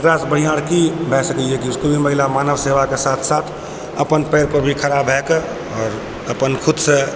एकरासँ बढ़िआँ की भऽ सकैए अइ कि महिला मानव सेवाक साथ साथ अपन पाएरपर भी खड़ा भऽ कऽ आओर अपन खुदसँ